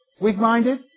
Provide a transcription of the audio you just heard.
Weak-minded